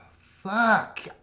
Fuck